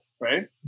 right